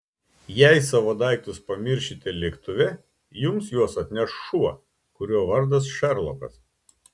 jei savo daiktus pamiršite lėktuve jums juos atneš šuo kurio vardas šerlokas